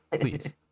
Please